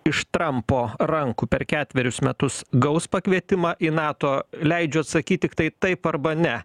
iš trampo rankų per ketverius metus gaus pakvietimą į nato leidžiu atsakyt tiktai taip arba ne